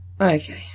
okay